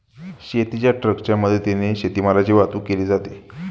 शेतीच्या ट्रकच्या मदतीने शेतीमालाची वाहतूक केली जाते